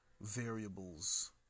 variables